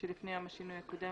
שלפני יום השינוי הקודם,